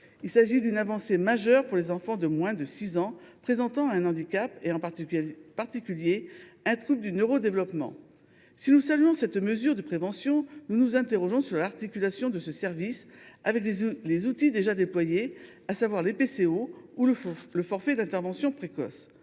Il s’agit d’une avancée majeure pour les enfants de moins de 6 ans présentant un handicap, en particulier un trouble du neurodéveloppement. Si nous saluons cette mesure de prévention, nous nous interrogeons sur l’articulation de ce service avec les outils déjà déployés, à savoir les plateformes de coordination et